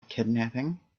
kidnapping